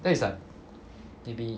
that is like maybe